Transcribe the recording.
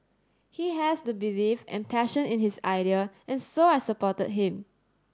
he has the belief and passion in his idea and so I supported him